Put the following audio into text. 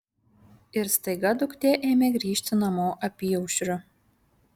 ir staiga duktė ėmė grįžti namo apyaušriu